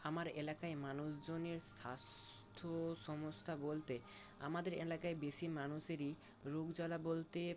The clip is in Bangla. আমার এলাকায় মানুষজনের স্বাস্থ্য সমস্যা বলতে আমাদের এলাকায় বেশি মানুষেরই রোগজ্বালা বলতে